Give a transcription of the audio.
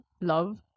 love